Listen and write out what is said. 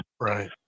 Right